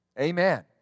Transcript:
amen